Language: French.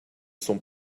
sont